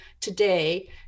today